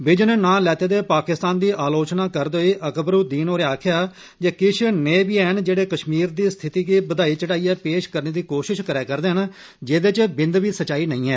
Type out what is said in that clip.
विजन ना लैते दे पाकिस्तान दी आलोचना करदे होई अकबरुदीन होरें आक्खेया जे किश नेये बी हैन जेड़े कश्मीर दी स्थिति गी बदाई चढ़ाइयै पेश करने दी कोशिश करै करदे न जेदे च बिन्द बी सच्चाई नेंई ऐ